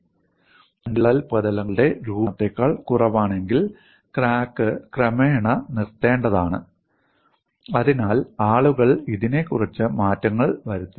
അതിനാൽ ഊർജ്ജ ലഭ്യത രണ്ട് പുതിയ വിള്ളൽ പ്രതലങ്ങളുടെ രൂപീകരണത്തേക്കാൾ കുറവാണെങ്കിൽ ക്രാക്ക് ക്രമേണ നിർത്തേണ്ടതാണ് അതിനാൽ ആളുകൾ ഇതിനെക്കുറിച്ച് മാറ്റങ്ങൾ വരുത്തി